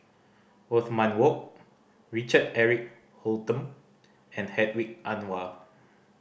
Othman Wok Richard Eric Holttum and Hedwig Anuar